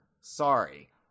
sorry